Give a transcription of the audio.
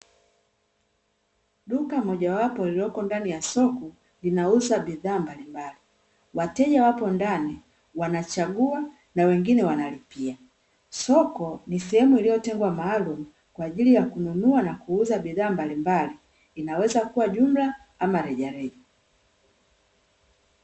Duka mojawapo lililoko ndani ya soko, linauza bidhaa mbalimbali. Wateja wapo ndani, wanachagua na wengine wanalipia. Soko ni sehemu iliyotengwa maalumu kwa ajili ya kununua na kuuza bidhaa mbalimbali, inaweza kuwa jumla ama rejareja.